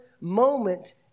moment